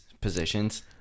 positions